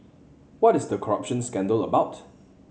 what is the corruption scandal about